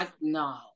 No